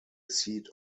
seat